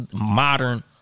modern